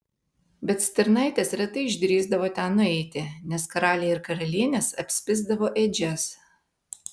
bet stirnaitės retai išdrįsdavo ten nueiti nes karaliai ir karalienės apspisdavo ėdžias